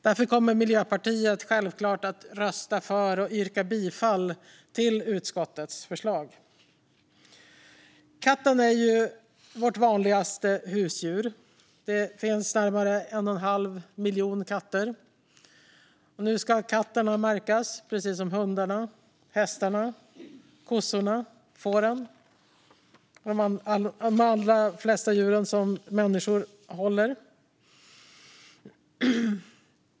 Därför kommer Miljöpartiet självklart att rösta för och yrka bifall till utskottets förslag. Katten är vårt vanligaste husdjur. Det finns närmare 1 1⁄2 miljon katter. Nu ska katterna märkas precis som hundarna, hästarna, kossorna, fåren och de allra flesta djur som människor håller.